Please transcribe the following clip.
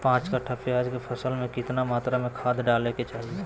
पांच कट्ठा प्याज के फसल में कितना मात्रा में खाद डाले के चाही?